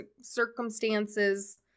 circumstances